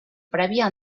prèvia